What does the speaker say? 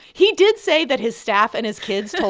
he did say that his staff and his kids.